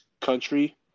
country